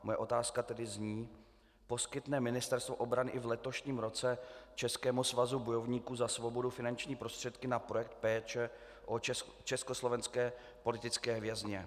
Moje otázka tedy zní: Poskytne Ministerstvo obrany i v letošním roce Českému svazu bojovníků za svobodu finanční prostředky na projekt Péče o československé politické vězně?